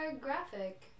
graphic